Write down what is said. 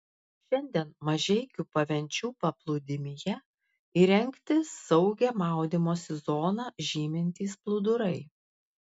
šiandien mažeikių pavenčių paplūdimyje įrengti saugią maudymosi zoną žymintys plūdurai